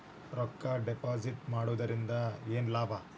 ರೊಕ್ಕ ಡಿಪಾಸಿಟ್ ಮಾಡುವುದರಿಂದ ಏನ್ ಲಾಭ?